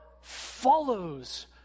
follows